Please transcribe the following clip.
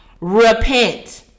Repent